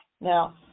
Now